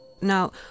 Now